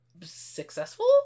successful